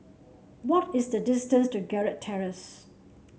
what is the distance to Gerald Terrace